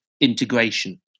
integration